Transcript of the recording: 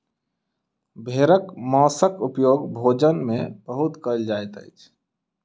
भेड़क मौंसक उपयोग भोजन में बहुत कयल जाइत अछि